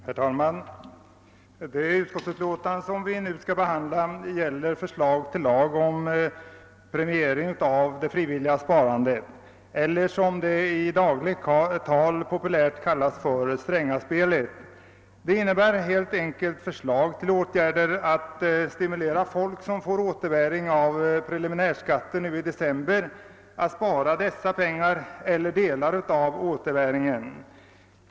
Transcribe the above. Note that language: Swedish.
Herr talman! Det utskottsutlåtande vi nu skall behandla gäller förslag till lag om premiering av frivilligt sparande eller, som det i dagligt tal populärt kal las, »Strängaspelet». Det innebär helt enkelt förslag till åtgärder att stimulera folk som får återbäring på preliminärskatten nu i december att spara dessa pengar eller delar av återbäringen.